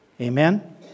Amen